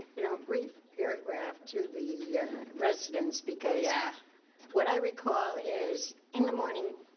it, i'll brief paragraph to the residents because yeah what i recall is in the morning,